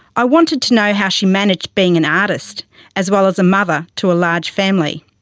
i wanted to know how she managed being an artist as well as a mother to a large family.